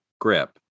grip